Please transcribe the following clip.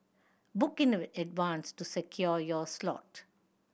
book in advance to secure your slot